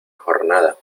jornada